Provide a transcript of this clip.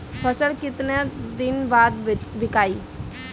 फसल केतना दिन बाद विकाई?